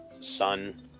sun